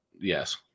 yes